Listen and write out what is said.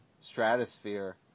stratosphere